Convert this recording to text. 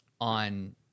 on